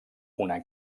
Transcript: una